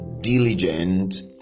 diligent